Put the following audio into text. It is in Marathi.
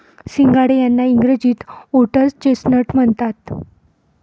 सिंघाडे यांना इंग्रजीत व्होटर्स चेस्टनट म्हणतात